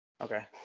okay